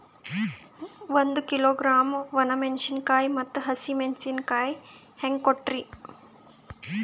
ಒಂದ ಕಿಲೋಗ್ರಾಂ, ಒಣ ಮೇಣಶೀಕಾಯಿ ಮತ್ತ ಹಸಿ ಮೇಣಶೀಕಾಯಿ ಹೆಂಗ ಕೊಟ್ರಿ?